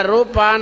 Rupa